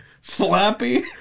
Flappy